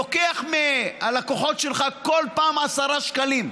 לוקח מהלקוחות שלך כל פעם 10 שקלים,